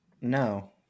No